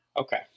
Okay